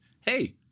hey